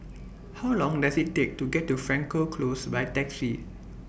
How Long Does IT Take to get to Frankel Close By Taxi